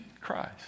Christ